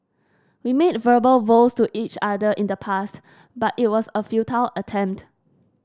we made verbal vows to each other in the past but it was a futile attempt